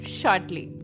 shortly